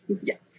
Yes